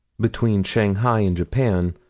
between shanghai and japan,